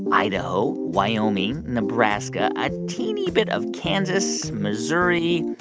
idaho, wyoming, nebraska, a teeny bit of kansas, missouri,